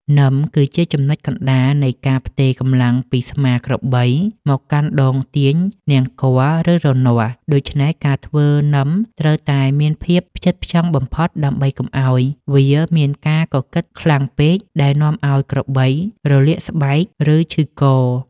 នឹមគឺជាចំណុចកណ្តាលនៃការផ្ទេរកម្លាំងពីស្មាក្របីមកកាន់ដងទាញនង្គ័ល ឬរនាស់ ដូច្នេះការធ្វើនឹមត្រូវតែមានភាពផ្ចិតផ្ចង់បំផុតដើម្បីកុំឱ្យវាមានការកកិតខ្លាំងពេកដែលនាំឱ្យក្របីរលាកស្បែក ឬឈឺក។